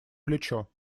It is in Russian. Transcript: плечо